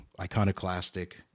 iconoclastic